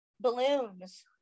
balloons